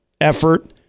effort